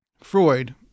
Freud